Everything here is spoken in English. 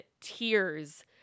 tears